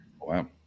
Wow